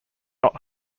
not